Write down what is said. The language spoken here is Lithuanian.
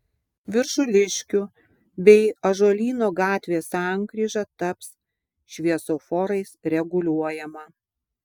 viršuliškių bei ąžuolyno gatvės sankryža taps šviesoforais reguliuojama